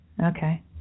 Okay